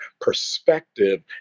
perspective